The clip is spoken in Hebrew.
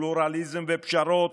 פלורליזם ופשרות.